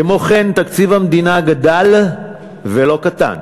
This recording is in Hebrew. כמו כן, תקציב המדינה גדל ולא קטן.